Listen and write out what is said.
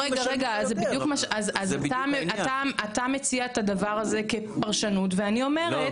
אז אתה מציע את הדבר הזה כפרשנות ואני אומרת,